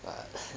but